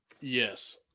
Yes